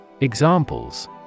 Examples